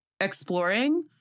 exploring